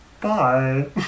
Bye